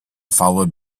followed